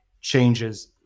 changes